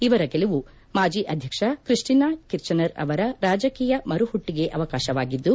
ಇವರ ಗೆಲುವು ಮಾಜಿ ಅಧ್ಯಕ್ಷ ತ್ರಿಸ್ಟಿನಾ ಕಿರ್ಚನರ್ ಅವರ ರಾಜಕೀಯ ಮರುಹುಟ್ಟಗೆ ಅವಕಾಶವಾಗಿದ್ದು